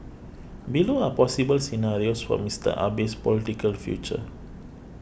below are possible scenarios for Mister Abe's political future